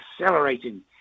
accelerating